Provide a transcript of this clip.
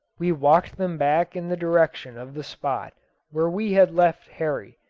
we walked them back in the direction of the spot where we had left horry,